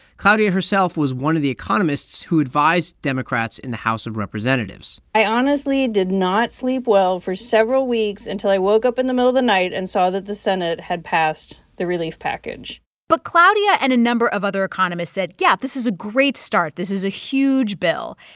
claudia herself was one of the economists who advised democrats in the house of representatives i honestly ah did not sleep well for several weeks until i woke up in the middle of the night and saw that the senate had passed the relief package but claudia and a number of other economists said, yeah, this is a great start. this is a huge bill.